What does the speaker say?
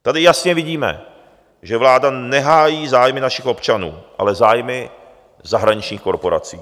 Tady jasně vidíme, že vláda nehájí zájmy našich občanů, ale zájmy zahraničních korporací.